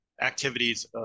activities